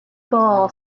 ball